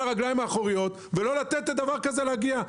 רגליים אחוריות ולא לתת לדבר כזה להגיע.